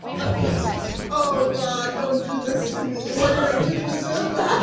of the essence oh, god, don't do this to me. what did i do to deserve